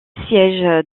siège